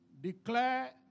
declare